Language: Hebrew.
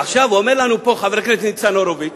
עכשיו אומר לנו פה חבר הכנסת ניצן הורוביץ